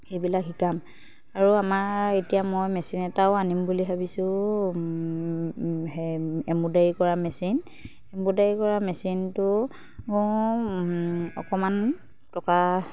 সেইবিলাক শিকাম আৰু আমাৰ এতিয়া মই মেচিন এটাও আনিম বুলি ভাবিছোঁ এম্ব্ৰইডাৰী কৰা মেচিন এম্ব্ৰইডাৰী কৰা মেচিনটো মোৰ অকণমান টকা